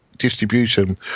distribution